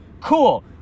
Cool